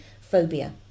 phobia